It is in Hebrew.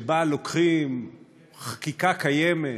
שבה לוקחים חקיקה קיימת,